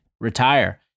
Retire